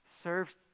serves